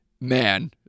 man